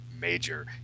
major